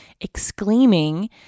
exclaiming